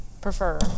prefer